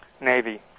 Navy